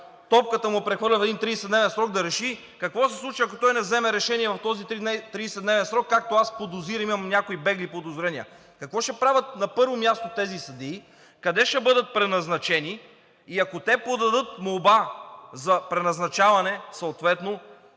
топката му прехвърлят в един 30-дневен срок, за да реши какво се случва, ако той не вземе решение в този 30-дневен срок, както аз подозирам и имам някои бегли подозрения. Какво ще правят, на първо място, тези съдии, къде ще бъдат преназначени и ако те подадат молба за преназначаване, съответно